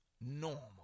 normal